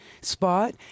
spot